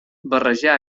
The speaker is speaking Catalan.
barrejar